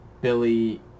Billy